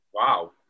Wow